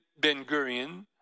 Ben-Gurion